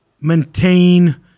maintain